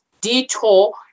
detour